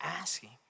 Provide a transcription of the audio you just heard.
asking